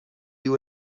you